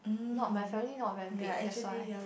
not my family not very big that's why